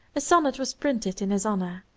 a sonnet was printed in his honor,